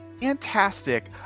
Fantastic